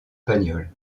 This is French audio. pagnol